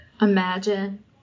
Imagine